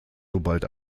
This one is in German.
sobald